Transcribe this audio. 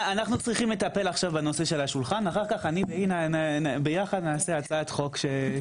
אנחנו צריכים לטפל בנושא של השולחן ואז היא ואני ביחד נעשה הצעת חוק.